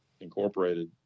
Incorporated